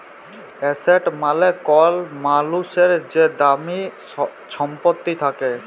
asset মালে কল মালুসের যে দামি ছম্পত্তি থ্যাকে